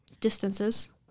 distances